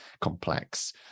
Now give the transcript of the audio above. complex